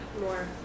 More